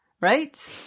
Right